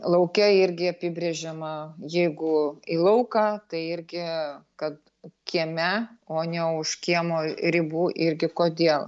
lauke irgi apibrėžiama jeigu į lauką tai irgi kad kieme o ne už kiemo ribų irgi kodėl